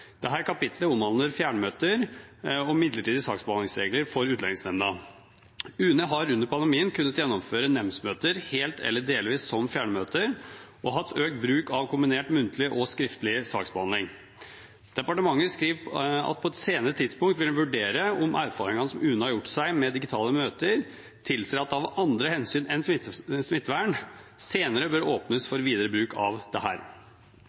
kapittelet omhandler fjernmøter og midlertidige saksbehandlingsregler for Utlendingsnemnda. UNE har under pandemien kunnet gjennomføre nemndsmøter helt eller delvis som fjernmøter og har hatt økt bruk av kombinert muntlig og skriftlig saksbehandling. Departementet skriver at på et senere tidspunkt vil en vurdere om erfaringene som UNE har gjort seg med digitale møter, tilsier at det av andre hensyn enn smittevern senere bør åpnes for videre bruk av